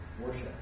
worship